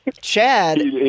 Chad